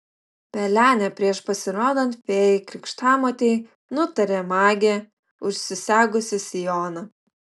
pelenė prieš pasirodant fėjai krikštamotei nutarė magė užsisegusi sijoną